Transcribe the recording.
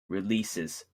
releases